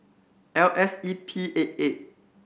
L S E P eight eight